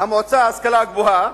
המועצה להשכלה גבוהה,